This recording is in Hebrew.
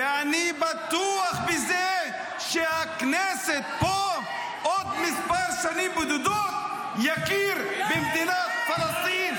ואני בטוח בזה שהכנסת פה בעוד מספר שנים בודדות תכיר במדינה פלסטין,